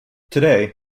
today